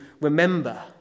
remember